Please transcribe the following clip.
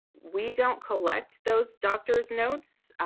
we don't collect those doctor's notes.